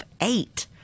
eight